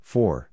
Four